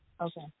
Okay